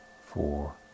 four